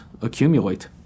accumulate